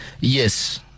Yes